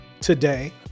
today